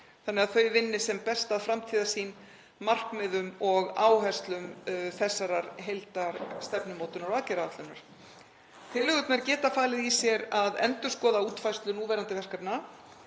þannig að þau vinni sem best að framtíðarsýn, markmiðum og áherslum þessarar heildarstefnumótunar og aðgerðaáætlunar. Tillögurnar geta falið í sér að endurskoða útfærslu núverandi verkefna,